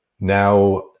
now